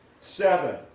Seven